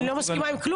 אני לא מסכימה עם כלום.